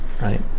Right